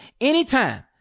anytime